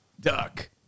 duck